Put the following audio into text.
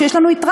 כשיש לנו יתרה,